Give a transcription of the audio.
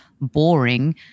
boring